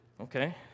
okay